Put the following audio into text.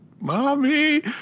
Mommy